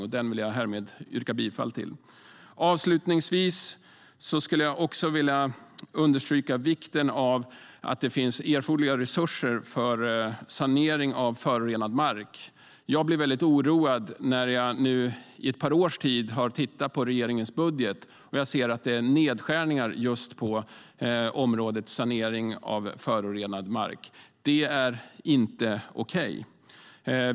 Denna reservation yrkar jag härmed bifall till. Avslutningsvis skulle jag vilja understryka vikten av att det finns erforderliga resurser för sanering av förorenad mark. Jag blir väldigt oroad när jag efter att under ett par års tid ha tittat på regeringens budgetar ser att det är nedskärningar på området sanering av förorenad mark. Det är inte okej.